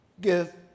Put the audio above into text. give